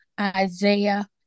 Isaiah